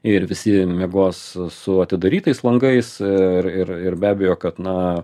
ir visi miegos su atidarytais langais ir ir ir be abejo kad na